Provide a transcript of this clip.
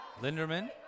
linderman